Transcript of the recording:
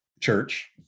church